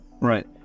right